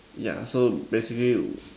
yeah so basically